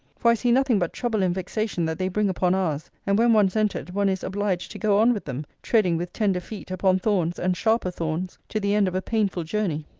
for i see nothing but trouble and vexation that they bring upon ours and when once entered, one is obliged to go on with them, treading, with tender feet, upon thorns, and sharper thorns, to the end of a painful journey.